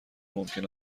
ممکن